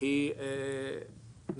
היא לא גבוהה,